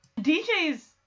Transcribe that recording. DJ's